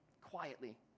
Quietly